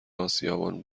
آسیابان